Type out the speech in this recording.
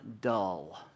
dull